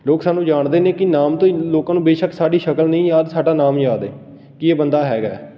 ਲੋਕ ਸਾਨੂੰ ਜਾਣਦੇ ਨੇ ਕਿ ਨਾਮ ਤੋਂ ਹੀ ਲੋਕਾਂ ਨੂੰ ਬੇਸ਼ੱਕ ਸਾਡੀ ਸ਼ਕਲ ਨਹੀਂ ਯਾਦ ਸਾਡਾ ਨਾਮ ਯਾਦ ਹੈ ਕਿ ਇਹ ਬੰਦਾ ਹੈਗਾ